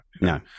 No